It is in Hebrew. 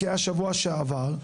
כי היה שבוע שעבר.